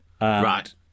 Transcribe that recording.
right